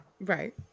Right